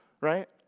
right